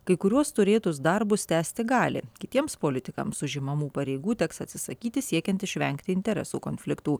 kai kuriuos turėtus darbus tęsti gali kitiems politikams užimamų pareigų teks atsisakyti siekiant išvengti interesų konfliktų